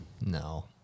No